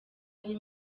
ari